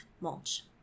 mulch